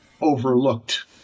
overlooked